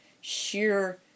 sheer